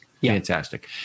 Fantastic